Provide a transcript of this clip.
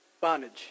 bondage